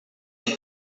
дейт